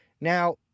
Now